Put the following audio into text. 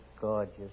gorgeous